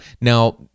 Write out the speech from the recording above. Now